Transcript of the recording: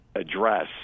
address